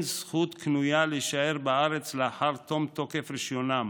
אין זכות קנויה להישאר בארץ לאחר תום תוקף רישיונם,